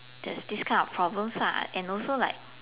there's this kind of problems lah and also like